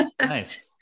nice